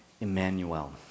Emmanuel